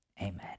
Amen